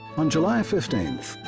on july fifteen,